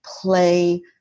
play